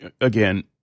Again